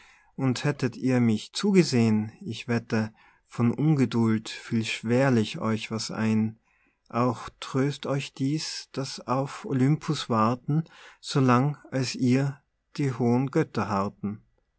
und hättet ihr mit zugesehn ich wette von ungeduld fiel schwerlich euch was ein auch tröst euch dies daß auf olympus warten so lang als ihr die hohen götter harrten